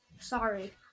sorry